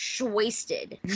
wasted